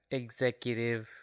executive